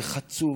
זה חצוף,